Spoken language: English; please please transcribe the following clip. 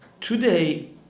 Today